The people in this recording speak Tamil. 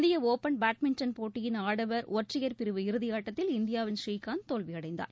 இந்திய ஒபன் பேட்மிண்டன் போட்டியின் ஆடவர் ஒற்றையர் பிரிவு இறுதியாட்டத்தில் இந்தியாவின் பூரீகாந்த் தோல்வியடைந்தார்